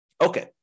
Okay